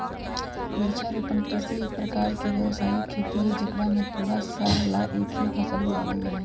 वृक्षारोपण कृषि एक प्रकार के व्यावसायिक खेती हई जेकरा में पूरा साल ला एक ही फसल उगावल जाहई